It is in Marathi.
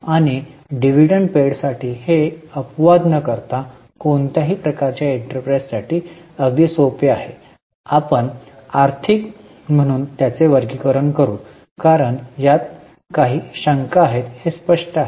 आणि डिव्हिडंड पेड साठी हे अपवाद न करता कोणत्याही प्रकारच्या एंटरप्राइझसाठी अगदी सोपे आहे आपण आर्थिक म्हणून त्याचे वर्गीकरण करू कारण त्यात काही शंका आहेत हे स्पष्ट आहे